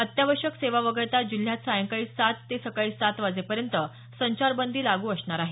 अत्यावश्यक सेवा वगळात जिल्ह्यात सायंकाळी सात ते सकाळी सात वाजेपर्यंत संचारबंदी लागू असणार आहे